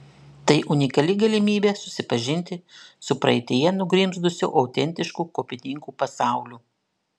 tai unikali galimybė susipažinti su praeityje nugrimzdusiu autentišku kopininkų pasauliu